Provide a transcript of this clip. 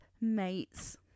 mates